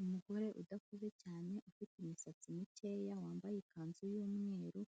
Umugore udakuze cyane, ufite imisatsi mikeya, wambaye ikanzu y'umweru,